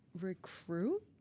recruit